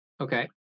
Okay